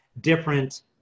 different